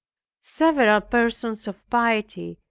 several persons of piety,